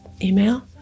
email